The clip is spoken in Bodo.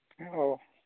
औ